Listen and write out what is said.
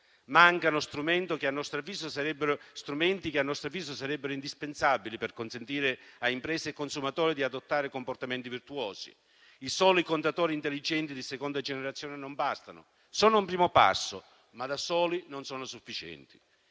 Mancano strumenti che, a nostro avviso, sarebbero indispensabili per consentire a imprese e consumatori di adottare comportamenti virtuosi. I soli contatori intelligenti di seconda generazione non bastano: sono un primo passo, ma da soli non sono sufficienti.